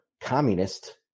communist